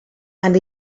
and